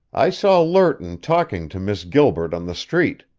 i saw lerton talking to miss gilbert on the street.